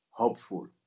hopeful